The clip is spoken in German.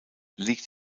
liegt